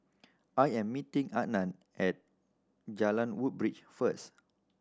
I am meeting Adan at Jalan Woodbridge first